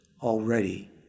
already